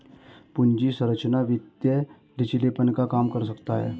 पूंजी संरचना वित्तीय लचीलेपन को कम कर सकता है